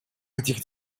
этих